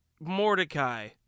Mordecai